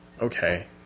okay